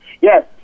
Yes